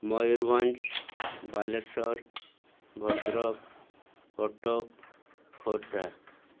Mayurbhanj Baleswar Bhadrak Cuttack Khordha